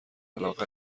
علاقه